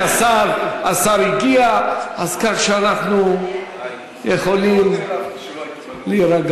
הנה, השר הגיע, כך שאנחנו יכולים להירגע.